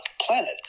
planet